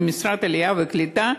במשרד העלייה והקליטה,